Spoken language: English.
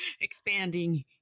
expanding